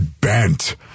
bent